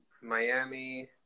Miami